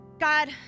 God